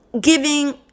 giving